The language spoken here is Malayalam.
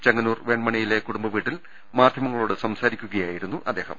ചെങ്ങന്നൂർ വെൺമണിയിലെ കുടുംബവീട്ടിൽ മാധ്യമ പ്രവർത്തകരോട് സംസാരിക്കുകയായിരുന്നു അദ്ദേഹം